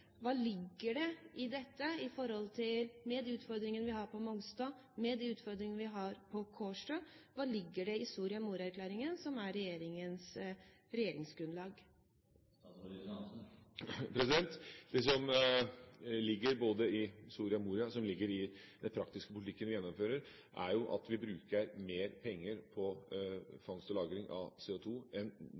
hva ligger i Soria Moria-erklæringen, som er regjeringens regjeringsgrunnlag? Det som ligger både i Soria Moria og i den praktiske politikken vi gjennomfører, er at vi bruker mer penger på fangst og lagring av CO2 enn